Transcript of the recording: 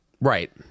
Right